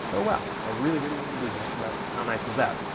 oh wow, i really didn't mean to do that, but how nice is that?